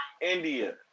India